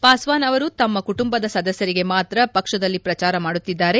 ಪಾಸ್ವಾನ್ ಅವರು ತಮ್ಮ ಕುಟುಂಬದ ಸದಸ್ಟರಿಗೆ ಮಾತ್ರ ಪಕ್ಷದಲ್ಲಿ ಪ್ರಚಾರ ಮಾಡುತ್ತಿದ್ದಾರೆ